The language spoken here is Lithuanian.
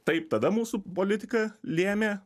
taip tada mūsų politika lėmė